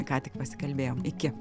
ką tik pasikalbėjom iki